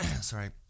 sorry